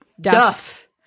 Duff